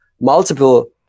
Multiple